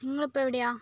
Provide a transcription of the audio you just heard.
നിങ്ങളിപ്പോൾ എവിടെയാണ്